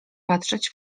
patrzeć